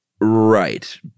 Right